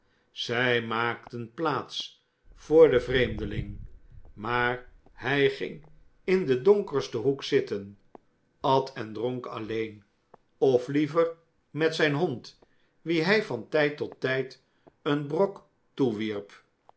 zij maakten plaats voor den vreemdeling maar hij ging in den donkersten hoek zitten at en dronk alleen of liever met zijn hond wien hij van tijd tot tijd een brok toewierp